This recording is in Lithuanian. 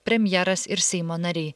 premjeras ir seimo nariai